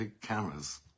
cameras